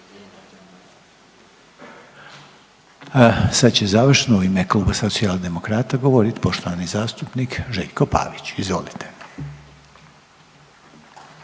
Sad će završno u ime Kluba Socijaldemokrata govorit poštovani zastupnik Željko Pavić, izvolite.